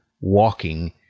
walking